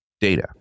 data